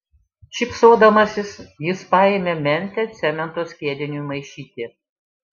šypsodamasis jis paėmė mentę cemento skiediniui maišyti